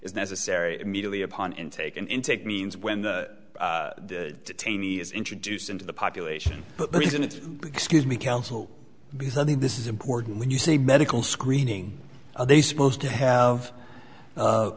is necessary immediately upon and taken in take means when detainees introduce into the population but the reason it's excuse me counsel because i think this is important when you say medical screening are they supposed to have